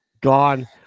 Gone